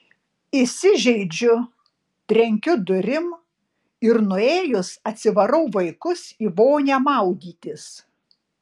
įsižeidžiu trenkiu durim ir nuėjus atsivarau vaikus į vonią maudytis